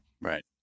Right